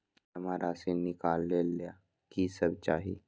जमा राशि नकालेला कि सब चाहि?